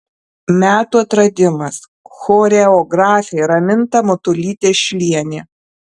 metų atradimas choreografė raminta matulytė šilienė